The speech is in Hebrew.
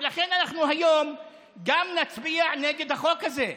ולכן אנחנו גם היום נצביע נגד החוק הזה.